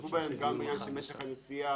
יתחשבו בהם גם בעניין של משך הנסיעה,